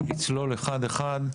ונצלול אחד-אחד.